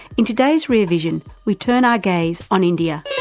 in today's rear vision we turn our gaze on india.